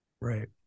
Right